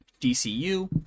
DCU